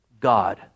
God